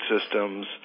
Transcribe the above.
systems